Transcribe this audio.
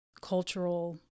cultural